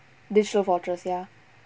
digital fortress ya